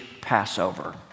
Passover